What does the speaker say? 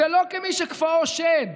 זה לא כמי שכפו שד,